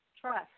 Trust